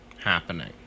happening